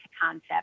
concept